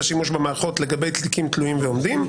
שימוש במערכות לגבי תיקים תלויים ועומדים,